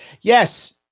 Yes